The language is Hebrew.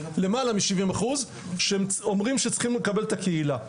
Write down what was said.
למעלה מ-70% אומרים שצריכים לקבל את הקהילה.